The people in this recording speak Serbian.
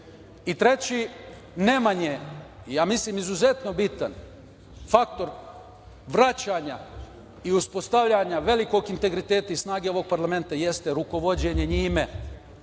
ne manje, a mislim izuzetno bitan faktor vraćanja i uspostavljanja velikog integriteta i snage ovog Parlamenta jeste rukovođenje njime.